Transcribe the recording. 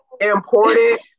important